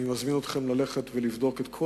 אני מזמין אתכם ללכת ולבדוק את כל